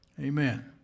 Amen